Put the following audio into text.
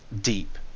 deep